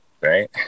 right